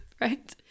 right